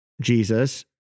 Jesus